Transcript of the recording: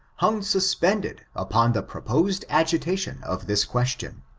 hung suspended upon the proposed agitation of this question,